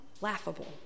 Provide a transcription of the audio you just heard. laughable